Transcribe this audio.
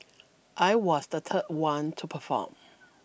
I was the third one to perform